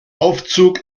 aufzug